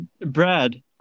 Brad